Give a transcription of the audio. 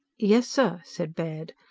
yes, sir, said baird.